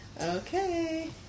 Okay